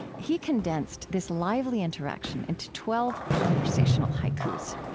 he condensed this lively interaction into twelve conversational haikus.